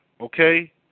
okay